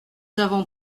avons